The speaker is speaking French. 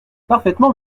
parfaitement